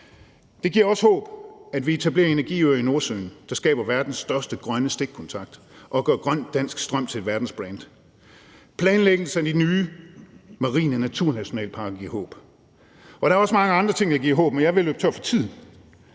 Det giver også håb, at vi etablerer energiøer i Nordsøen, der skaber verdens største grønne stikkontakt og gør grøn dansk strøm til et verdensbrand. Planlæggelse af de nye marine naturnationalparker giver håb. Og der er også mange andre ting, der giver håb, men jeg er ved at løbe tør for tid.